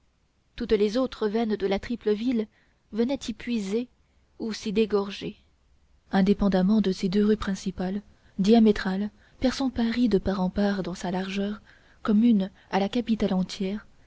toutes les autres veines de la triple ville venaient y puiser où s'y dégorger indépendamment de ces deux rues principales diamétrales perçant paris de part en part dans sa largeur communes à la capitale entière